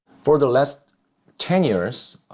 for the last ten years,